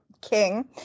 king